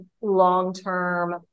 long-term